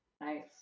Nice